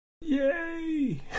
Yay